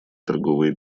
торговые